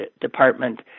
Department